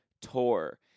tour